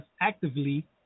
actively